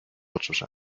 otsuse